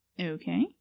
Okay